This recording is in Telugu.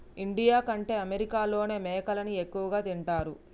ఇండియా కంటే అమెరికాలోనే మేకలని ఎక్కువ తింటారు